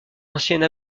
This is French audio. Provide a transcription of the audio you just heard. ancienne